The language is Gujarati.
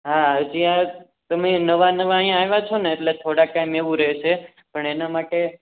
હા હજી આજ તમે નવા નવા અહીંયા આવ્યા છો ને એટલે થોડાક ટાઈમ એવું રહેેશે પણ એના માટે